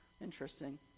Interesting